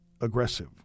aggressive